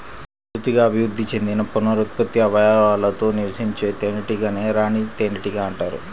పూర్తిగా అభివృద్ధి చెందిన పునరుత్పత్తి అవయవాలతో నివసించే తేనెటీగనే రాణి తేనెటీగ అంటారు